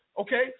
okay